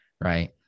Right